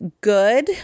good